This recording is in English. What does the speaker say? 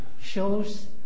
shows